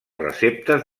receptes